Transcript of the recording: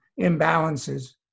imbalances